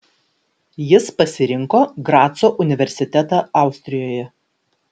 jis pasirinko graco universitetą austrijoje